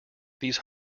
these